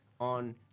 On